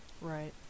Right